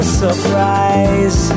surprise